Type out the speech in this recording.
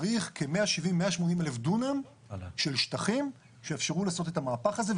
צריך כ-170,000 180,000 דונם של שטחים שיאפשרו לעשות את המהפך הזה.